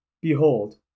Behold